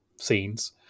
scenes